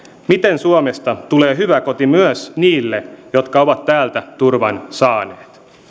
miten suomesta tulee hyvä koti myös niille jotka ovat täältä turvan saaneet